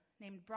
named